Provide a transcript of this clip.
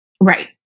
Right